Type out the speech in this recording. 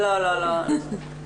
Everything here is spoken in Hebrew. הבנו שה-50 ניתנו וה-8 מיליון וה-12,